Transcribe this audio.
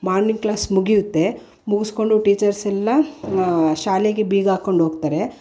morning class ಮುಗಿಯುತ್ತೆ ಮುಗಿಸ್ಕೊಂಡು teachers ಎಲ್ಲ ಶಾಲೆಗೆ ಬೀಗ ಹಾಕ್ಕೊಂಡ್ ಹೋಗ್ತಾರೆ